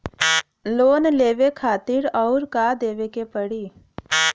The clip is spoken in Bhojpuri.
लोन लेवे खातिर अउर का देवे के पड़ी?